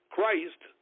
Christ